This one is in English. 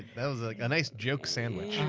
that was a nice joke sandwich.